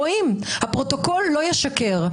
רואים, הפרוטוקול לא ישקר.